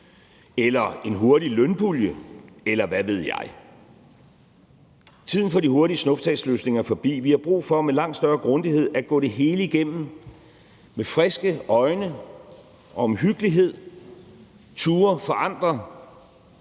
eller til en hurtig lønpulje, eller hvad ved jeg. Tiden for de hurtige snuptagsløsninger er forbi. Vi har brug for med langt større grundighed at gå det hele igennem med friske øjne og omhyggelighed og turde at forandre